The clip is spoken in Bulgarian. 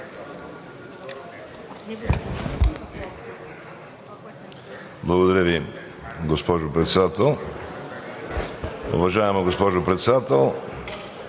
Благодаря Ви, госпожо Председател.